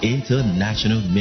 International